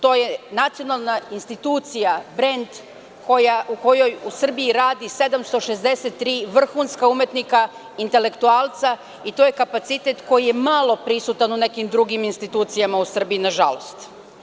To je nacionalna institucija, brend u kojoj u Srbiji radi oko 763 vrhunska umetnika, intelektualca i to je kapacitet koji je malo prisutan u nekim drugim institucijama u Srbiji nažalost.